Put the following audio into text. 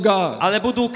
God